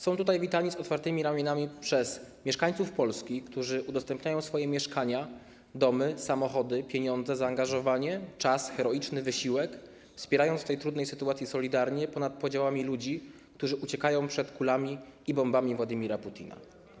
Są tutaj witani z otwartymi ramionami przez mieszkańców Polski, którzy udostępniają swoje mieszkania, domy, samochody, pieniądze, zaangażowanie, czas, wykonują heroiczny wysiłek, wspierając w tej trudnej sytuacji solidarnie, ponad podziałami ludzi, którzy uciekają przed kulami i bombami Władimira Putina.